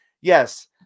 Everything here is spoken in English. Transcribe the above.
Yes